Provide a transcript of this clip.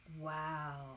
Wow